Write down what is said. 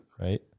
right